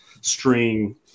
string